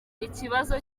ikibazo